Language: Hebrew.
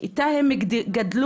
איתה הם גדלו,